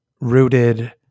rooted